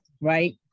right